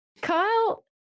Kyle